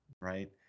right